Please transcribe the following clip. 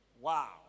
Wow